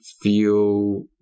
feel